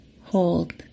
Hold